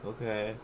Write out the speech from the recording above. Okay